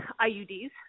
IUDs